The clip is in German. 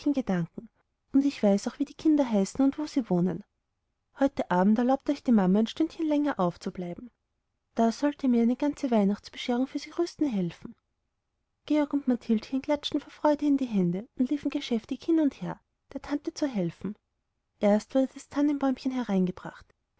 und ich weiß auch wie die kinder heißen und wo sie wohnen heute abend erlaubt euch die mama ein stündchen länger aufzubleiben da sollt ihr mir eine ganze weihnachtsbescherung für sie rüsten helfen georg und mathildchen klatschten vor freude in die hände und liefen geschäftig hin und her der tante zu helfen erst wurde das tannenbäumchen hereingebracht